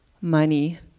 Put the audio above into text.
money